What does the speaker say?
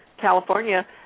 California